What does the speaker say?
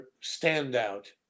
standout